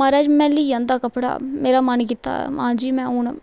म्हाराज में लैई आंदा कपड़ा मेरे मन कीता अज्ज ऐ में हून